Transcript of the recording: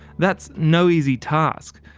that's no easy task,